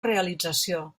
realització